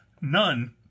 none